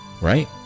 right